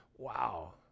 Wow